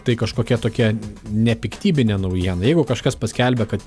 tai kažkokia tokia nepiktybinė naujiena jeigu kažkas paskelbia kad